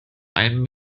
einen